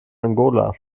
angola